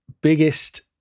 biggest